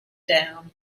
down